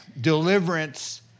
deliverance